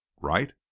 Right